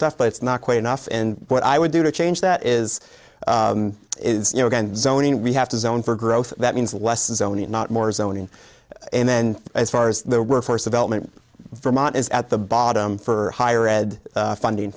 stuff but it's not quite enough and what i would do to change that is you know zoning we have to zone for growth that means less is only not more zoning and then as far as the workforce development vermont is at the bottom for higher ed funding